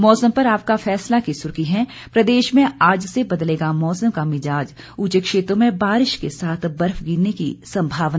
मौसम पर आपका फैसला की सुर्खी है प्रदेश में आज से बदलेगा मौसम का मिजाज उंचे क्षेत्रों में बारिश के साथ बर्फ गिरने की संभावना